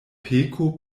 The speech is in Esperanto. peko